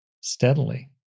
steadily